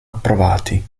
approvati